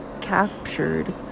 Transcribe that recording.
captured